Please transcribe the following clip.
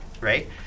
right